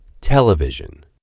Television